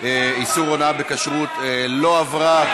איסור הונאה בכשרות (תיקון) לא עברה.